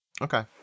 okay